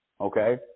Okay